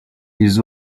ils